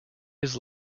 his